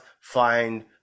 find